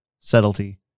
subtlety